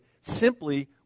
simply